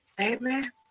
Amen